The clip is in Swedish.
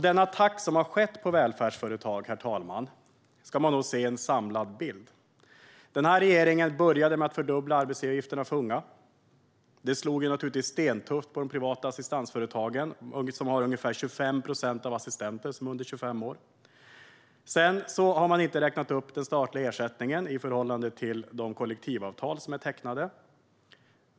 Den attack som har skett mot välfärdsföretag, herr talman, ska man nog se som en samlad bild. Denna regering började med att fördubbla arbetsgivaravgifterna för unga. Det slog naturligtvis stenhårt mot de privata assistansföretagen, vars anställda assistenter till ungefär 25 procent är under 25 år. Regeringen har inte räknat upp den statliga ersättningen i förhållande till de kollektivavtal som är tecknade.